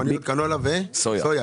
סויה.